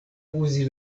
uzi